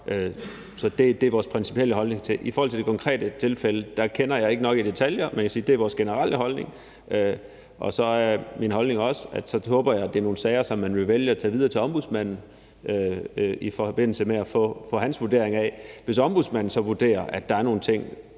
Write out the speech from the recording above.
Det er vores principielle holdning. I forhold til det konkrete tilfælde kender jeg det ikke nok i detaljer, men det er vores generelle holdning. Og så er min holdning også, at jeg håber, at det er nogle sager, som man vil vælge at sende videre til Ombudsmanden i forbindelse med at få hans vurdering af det. Hvis Ombudsmanden så vurderer, at der er noget,